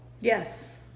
Yes